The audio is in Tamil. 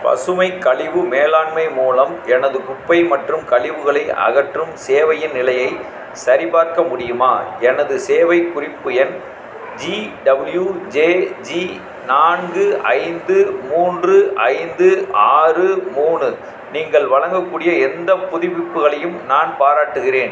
பசுமை கழிவு மேலாண்மை மூலம் எனது குப்பை மற்றும் கழிவுகளை அகற்றும் சேவையின் நிலையைச் சரிபார்க்க முடியுமா எனது சேவை குறிப்பு எண் ஜிடபிள்யூஜேஜி நான்கு ஐந்து மூன்று ஐந்து ஆறு மூணு நீங்கள் வழங்கக்கூடிய எந்தப் புதுப்பிப்புகளையும் நான் பாராட்டுகிறேன்